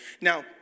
Now